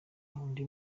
undi